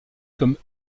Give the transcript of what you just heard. comme